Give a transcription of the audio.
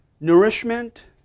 nourishment